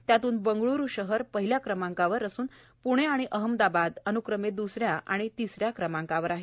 त्यातून बंगळरू शहर पहिल्या क्रमांकावर असून प्णे आणि अहमदाबाद अन्क्रमे द्सऱ्या आणि तिसऱ्या क्रमांकावर आहेत